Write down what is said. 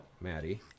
Maddie